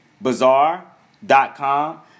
Bazaar.com